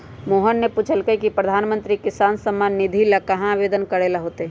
मोहन ने पूछल कई की प्रधानमंत्री किसान सम्मान निधि ला कहाँ आवेदन करे ला होतय?